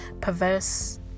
perverse